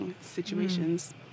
situations